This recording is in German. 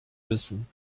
müssen